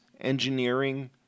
engineering